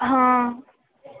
హా